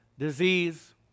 disease